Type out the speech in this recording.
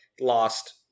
lost